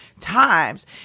times